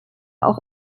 auch